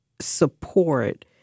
support